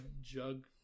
jug